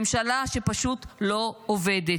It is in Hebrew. ממשלה שפשוט לא עובדת.